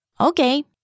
Okay